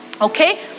okay